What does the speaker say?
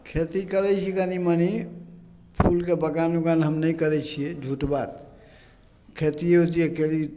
खेती करैत छी कनी मनी फूलके बगान उगान हम नहि करैत छियै झूठ बात खेतियो जे कयली